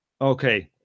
Okay